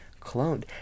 cloned